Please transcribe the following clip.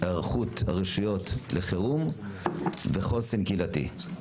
היערכות הרשויות לחירום וחוסן קהילתי.